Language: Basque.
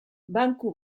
banku